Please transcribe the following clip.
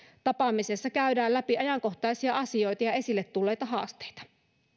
tapaamisessa käydään läpi ajankohtaisia asioita ja esille tulleita haasteita